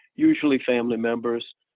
usually family members,